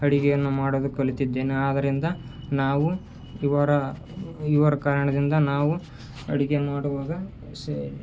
ಅಡುಗೆಯನ್ನು ಮಾಡಲು ಕಲಿತಿದ್ದೇನೆ ಆದ್ದರಿಂದ ನಾವು ಇವರ ಇವರ ಕಾರಣದಿಂದ ನಾವು ಅಡುಗೆ ಮಾಡುವಾಗ ಸಾ